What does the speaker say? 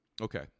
Okay